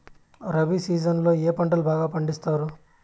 rabi season లో ఏ పంటలు బాగా పండిస్తారు